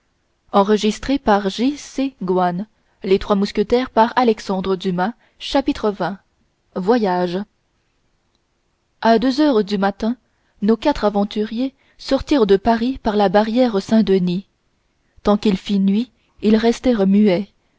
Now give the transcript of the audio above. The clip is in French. xx voyage à deux heures du matin nos quatre aventuriers sortirent de paris par la barrière saint-denis tant qu'il fit nuit ils restèrent muets